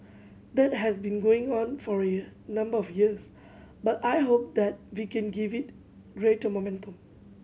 that has been going on for a number of years but I hope that we can give it greater momentum